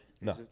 No